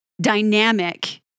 dynamic